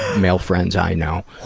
male friends i know,